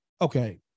okay